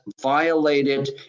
violated